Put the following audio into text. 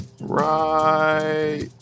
right